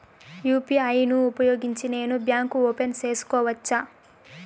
UPI ను ఉపయోగించి నేను బ్యాంకు ఓపెన్ సేసుకోవచ్చా?